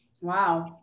Wow